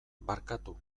barkatu